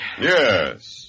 Yes